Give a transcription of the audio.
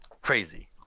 Crazy